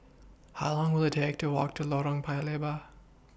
How Long Will IT Take to Walk to Lorong Paya Lebar